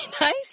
nice